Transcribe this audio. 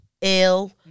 ill